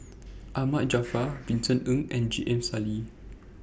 Ahmad Jaafar Vincent Ng and J M Sali